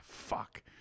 Fuck